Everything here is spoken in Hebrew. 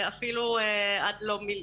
זה היה אפילו עד לא מזמן,